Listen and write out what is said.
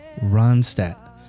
Ronstadt